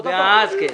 אותו דבר.